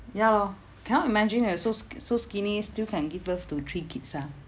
ya loh cannot imagine eh so sk~ so skinny still can give birth to three kids ah